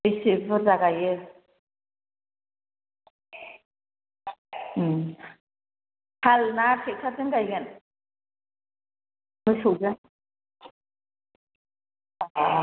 बेसे बुरजा गायो हालना टेकटारजों गायगोन मोसौजों